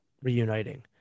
reuniting